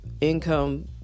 income